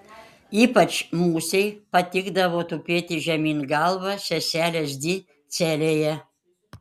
ypač musei patikdavo tupėti žemyn galva seselės di celėje